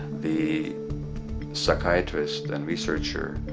the psychiatrist and researcher